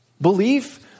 belief